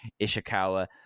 Ishikawa